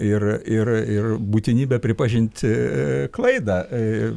ir ir ir būtinybė pripažinti klaidą